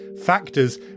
factors